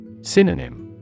Synonym